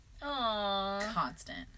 Constant